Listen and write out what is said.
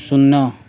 ଶୂନ